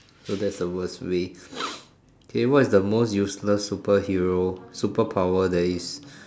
so that's the worst way k what's the most useless superhero superpower that is